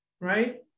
right